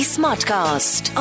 Smartcast